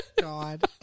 God